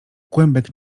kłębek